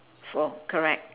four correct